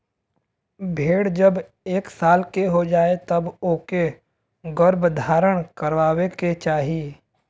भेड़ जब एक साल के हो जाए तब ओके गर्भधारण करवाए के चाही